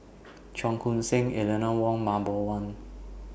Cheong Koon Seng Eleanor Wong and Mah Bow one